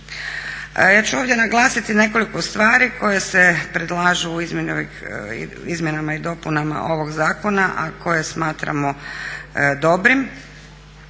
Ja ću ovdje naglasiti nekoliko stvari koje se predlažu u izmjenama i dopunama ovog zakona, a koje smatramo dobrih.